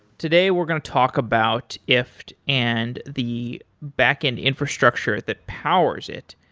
today we're going to talk about ifttt and the backend infrastructure that powers it.